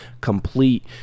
complete